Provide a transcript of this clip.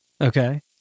Okay